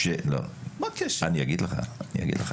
אני אגיד לך: